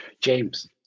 James